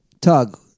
Tug